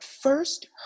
first